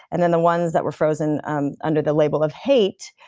and then the ones that were frozen um under the label of hate,